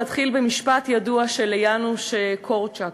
להתחיל במשפט ידוע של יאנוש קורצ'אק,